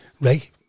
Ray